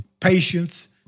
patience